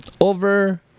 over